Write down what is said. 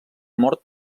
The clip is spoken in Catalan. mort